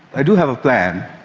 i do have a plan.